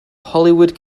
hollywood